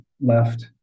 left